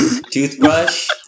toothbrush